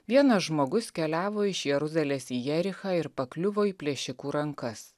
vienas žmogus keliavo iš jeruzalės į jerichą ir pakliuvo į plėšikų rankas